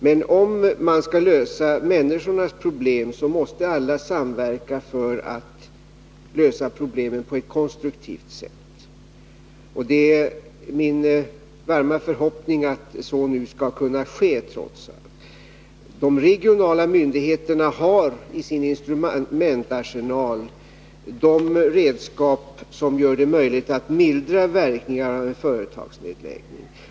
Men om man skall lösa människornas problem, måste alla samverka för att lösa dem på ett konstruktivt sätt. Det är min varma förhoppning att så nu skall ske, trots allt. De regionala myndigheterna har i sin instrumentarsenal de redskap som gör det möjligt att mildra verkningarna av en företagsnedläggning.